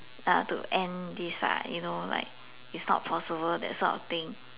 uh to end this ah you know like it's not possible that sort of thing